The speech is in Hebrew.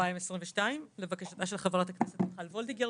2022 לבקשתה של חברת הכנסת מיכל וולדיגר,